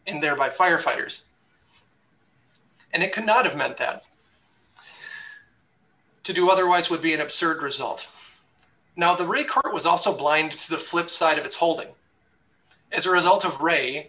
in there by firefighters and it could not have meant that to do otherwise would be an absurd result now the recorder was also blind to the flip side of its holding as a result of ray